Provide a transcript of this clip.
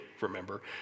remember